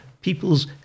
people's